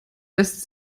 lässt